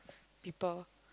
people